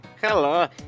Hello